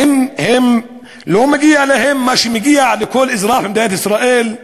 האם לא מגיע להם מה שמגיע לכל אזרח במדינת ישראל?